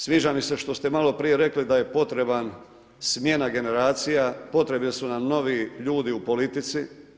Sviđa mi se što ste maloprije rekli da je potreban smjena generacije, potrebni su nam novi ljudi u politici.